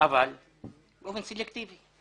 אבל באופן סלקטיבי.